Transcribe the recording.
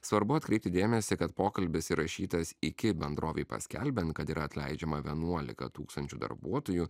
svarbu atkreipti dėmesį kad pokalbis įrašytas iki bendrovei paskelbiant kad yra atleidžiama vienuolika tūkstančių darbuotojų